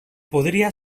podria